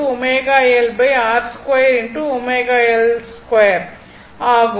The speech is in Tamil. மற்றும்ஆகும்